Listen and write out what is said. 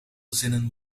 zinnen